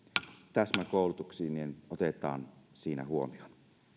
täsmäkoulutuksiin otetaan siinä huomioon